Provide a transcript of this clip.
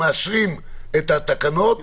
בעד תקנות